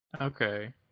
Okay